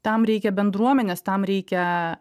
tam reikia bendruomenės tam reikia